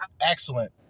Excellent